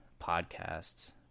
podcasts